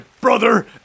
brother